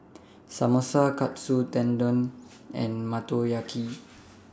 Samosa Katsu Tendon and Motoyaki